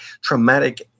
traumatic